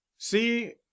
see